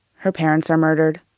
her parents are murdered.